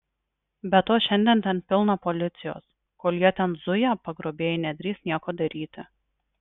be to šiandien ten pilna policijos kol jie ten zuja pagrobėjai nedrįs nieko daryti